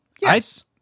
Yes